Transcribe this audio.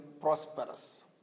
prosperous